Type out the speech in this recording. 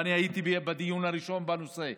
ואני הייתי בדיון הראשון בנושא.